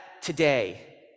today